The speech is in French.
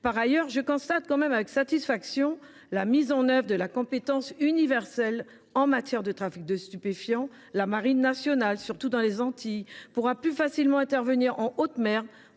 Par ailleurs, je constate avec satisfaction la mise en œuvre de la compétence universelle en matière de trafic de stupéfiants. La Marine nationale, surtout dans les Antilles, pourra plus facilement intervenir en haute mer